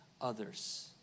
others